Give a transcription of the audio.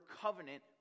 covenant